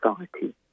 society